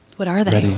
what are they?